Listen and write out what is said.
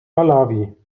malawi